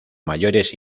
mayores